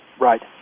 Right